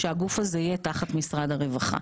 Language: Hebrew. שהגוף הזה יהיה תחת משרד הרווחה.